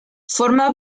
forma